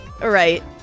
Right